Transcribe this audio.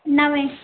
नवें